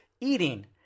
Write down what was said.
eating